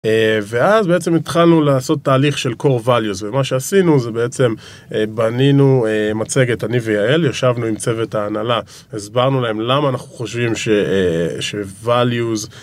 ואז בעצם התחלנו לעשות תהליך של core values, ומה שעשינו זה בעצם בנינו מצגת, אני ויעל ישבנו עם צוות ההנהלה, הסברנו להם למה אנחנו חושבים שvalues.